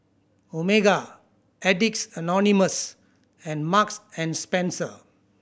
Omega Addicts Anonymous and Marks and Spencer